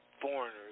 foreigners